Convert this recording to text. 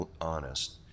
honest